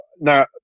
now